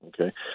Okay